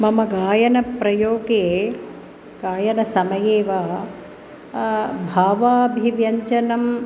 मम गायनप्रयोगे गायनसमये वा भावाभिव्यञ्जनम्